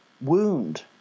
wound